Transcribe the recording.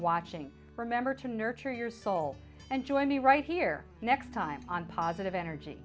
watching remember to nurture your soul and join me right here next time on positive energy